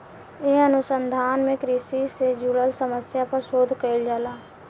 ए अनुसंधान में कृषि से जुड़ल समस्या पर शोध कईल जाला